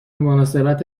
مناسبت